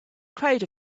crowd